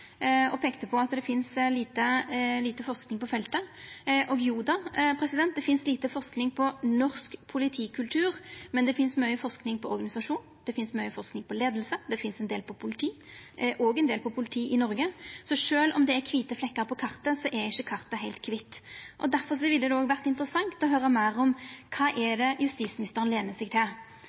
lite forsking på feltet. Jo da, det finst lite forsking på norsk politikultur, men det finst mykje forsking på organisasjon, det finst mykje forsking på leiing, det finst ein del på politi – òg ein del på politi i Noreg – så sjølv om det er kvite flekkar på kartet, så er ikkje kartet heilt kvitt. Derfor ville det vore interessant å høyra meir om kva det er justisministeren lener seg til.